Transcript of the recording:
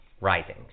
rising